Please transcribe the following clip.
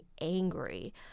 angry